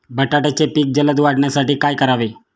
बटाट्याचे पीक जलद वाढवण्यासाठी काय करावे?